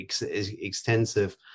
extensive